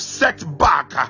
setback